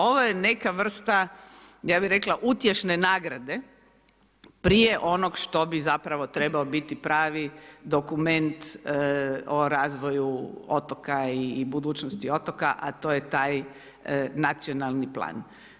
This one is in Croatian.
Ovo je neka vrsta ja bi rekla, utješne nagrade prije onoga što bi zapravo trebao biti pravi dokument o razvoju otoka i budućnosti otoka, a to je taj nacionalni plan.